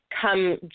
come